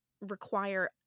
require